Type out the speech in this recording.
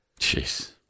Jeez